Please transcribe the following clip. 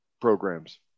programs